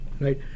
right